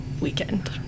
weekend